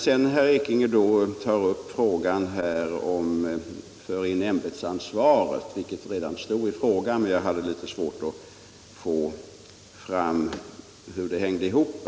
Herr Ekinge tog sedan upp ämbetsansvaret, det berördes redan i frågan, men jag hade litet svårt att få fram hur det hängde ihop.